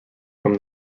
from